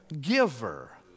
giver